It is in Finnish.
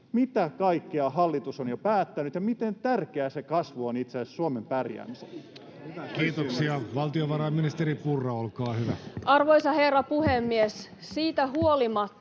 mitä kaikkea hallitus on jo päättänyt ja miten tärkeää se kasvu on itse asiassa Suomen pärjäämiselle. [Kimmo Kiljunen: Olipa vaikea, hankala kysymys!] Kiitoksia. — Valtiovarainministeri Purra, olkaa hyvä. Arvoisa herra puhemies! Siitä huolimatta,